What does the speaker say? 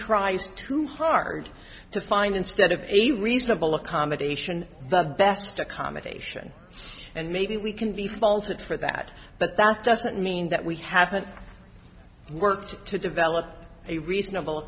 tries too hard to find instead of a reasonable accommodation the best accommodation and maybe we can be faulted for that but that doesn't mean that we haven't worked to develop a reasonable